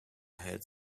had